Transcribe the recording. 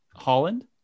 holland